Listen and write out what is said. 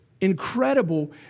incredible